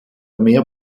mehr